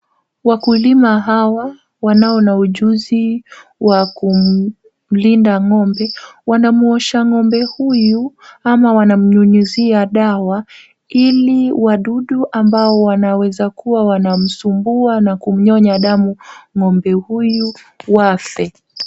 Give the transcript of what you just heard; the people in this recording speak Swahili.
Wakulima hawa, wanao na ujuzi, wa ku mlinda ngombe, wanamuodha ngombe huyu, ama wana mnyunyizia dawa, ili wadudu wanaweza kua wanamsumbua na kumnyonya damu, ngombe huyu, wafe.